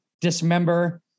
Dismember